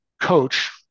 coach